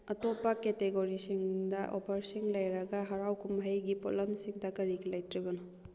ꯑꯇꯣꯞꯄ ꯀꯦꯇꯦꯒꯣꯔꯤꯁꯤꯡꯗ ꯑꯣꯐꯔꯁꯤꯡ ꯂꯩꯔꯒ ꯍꯔꯥꯎ ꯀꯨꯝꯍꯩꯒꯤ ꯄꯣꯠꯂꯝꯁꯤꯡꯗ ꯀꯔꯤꯒꯤ ꯂꯩꯇ꯭ꯔꯤꯕꯅꯣ